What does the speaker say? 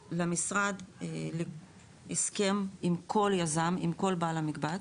למשרד הסכם על כל יזם, עם כל בעל המקבץ.